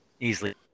easily